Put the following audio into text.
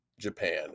Japan